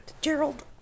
Gerald